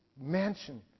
mansion